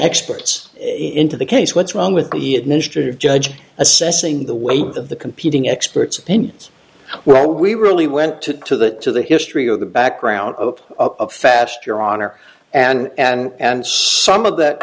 experts into the case what's wrong with the administrative judge assessing the weight of the competing experts opinions where we really went to to the to the history of the background of a fast your honor and and and so some of that